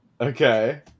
Okay